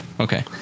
Okay